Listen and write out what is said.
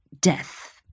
death